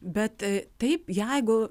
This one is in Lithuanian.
bet taip jeigu